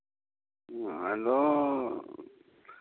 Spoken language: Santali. ᱟᱫᱚ